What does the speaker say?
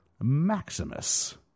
Maximus